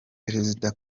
perezida